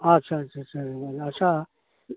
ᱟᱪᱪᱷᱟ ᱟᱪᱪᱷᱟ ᱪᱷᱟ ᱟᱪᱪᱷᱟ